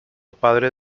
padre